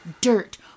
dirt